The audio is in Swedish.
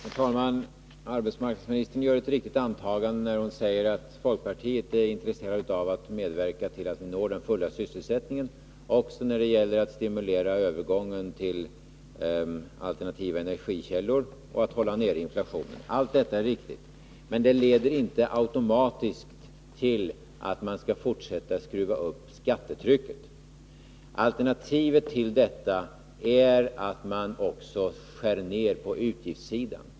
Herr talman! Arbetsmarknadsministern gör ett riktigt antagande när hon säger att folkpartiet är intresserat av att medverka till att vi når den fulla sysselsättningen och också när det gäller att stimulera övergången till alternativa energikällor och att hålla nere inflationen. Allt detta är riktigt. Men det leder inte automatiskt till att man skall fortsätta skruva upp skattetrycket. Alternativet till detta är att man också skär ned på utgiftssidan.